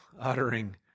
uttering